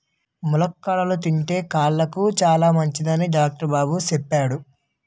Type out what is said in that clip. ములక్కాడలు తింతే కళ్ళుకి సాలమంచిదని డాక్టరు బాబు సెప్పాడు